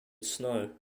snow